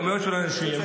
כמויות של אנשים,